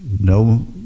no